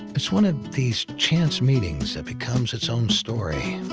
it's one of these chance meetings, that becomes its own story.